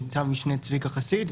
ניצב משנה צביקה חסיד,